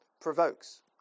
provokes